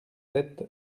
sept